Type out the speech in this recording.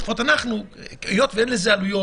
היות שאין לזה עלויות,